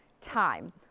time